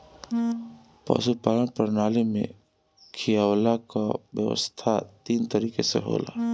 पशुपालन प्रणाली में खियवला कअ व्यवस्था तीन तरीके से होला